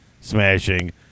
smashing